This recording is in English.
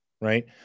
right